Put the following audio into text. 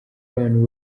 brown